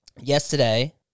Yesterday